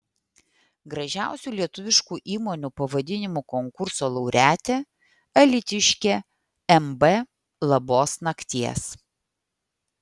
gražiausių lietuviškų įmonių pavadinimų konkurso laureatė alytiškė mb labos nakties